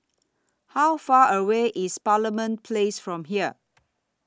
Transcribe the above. How Far away IS Parliament Place from here